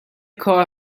کار